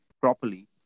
properly